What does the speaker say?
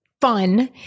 fun